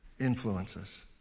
influences